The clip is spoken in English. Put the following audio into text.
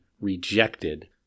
rejected